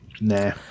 Nah